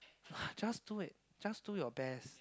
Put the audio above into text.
I just do it just do your best